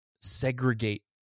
segregate